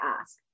ask